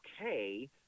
okay